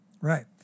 Right